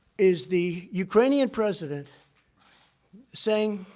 is the ukrainian president saying